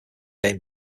game